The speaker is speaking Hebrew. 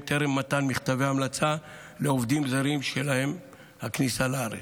טרם מתן מכתבי המלצה לעובדים זרים שלהם לכניסה לארץ.